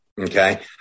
Okay